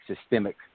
systemic